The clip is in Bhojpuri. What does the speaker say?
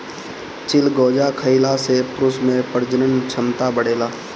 चिलगोजा खइला से पुरुष के प्रजनन क्षमता बढ़ेला